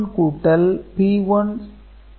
C1 G1 P1G0 P0C 1 C1 G1 P1G0 P1P0C 1